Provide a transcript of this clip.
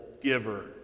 giver